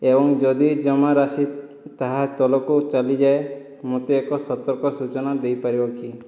ଏବଂ ଯଦି ଜମାରାଶି ତାହା ତଳକୁ ଚାଲିଯାଏ ମୋତେ ଏକ ସତର୍କ ସୂଚନା ଦେଇପାରିବ କି